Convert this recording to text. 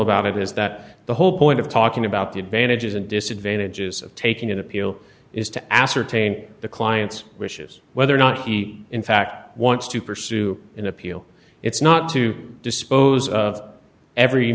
about it is that the whole point of talking about the advantages and disadvantages of taking an appeal is to ascertain the client's wishes whether or not he in fact wants to pursue an appeal it's not to dispose of every